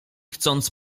chcąc